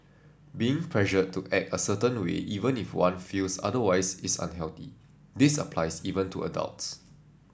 being pressured to act a certain way even if one feels otherwise is unhealthy this applies even to adults